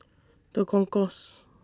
The Concourse